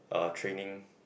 uh training